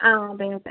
അ അതെ അതെ